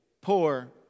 poor